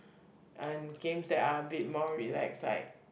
and games that are a bit more relax like